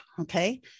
Okay